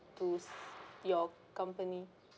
to your company